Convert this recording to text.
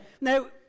Now